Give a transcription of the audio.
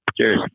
Cheers